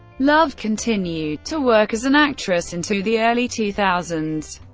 love continued to work as an actress into the early two thousand